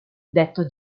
detto